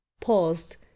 paused